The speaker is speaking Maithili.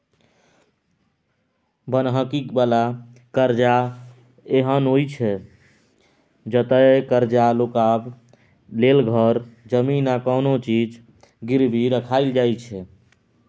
बन्हकी बला करजा एहन होइ छै जतय करजा लेबाक लेल घर, जमीन आ कोनो चीज गिरबी राखल जाइ छै